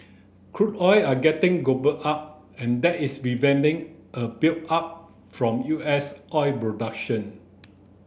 crude oil are getting gobbled up and that is preventing a buildup from U S oil production